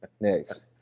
Next